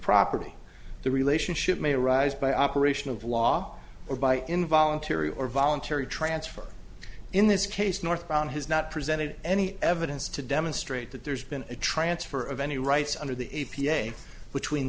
property the relationship may arise by operation of law or by involuntary or voluntary transfer in this case north brown has not presented any evidence to demonstrate that there's been a transfer of any rights under the a p a between